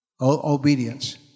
Obedience